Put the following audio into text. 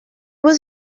was